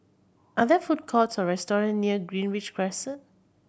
are there food courts or restaurant near Greenridge Crescent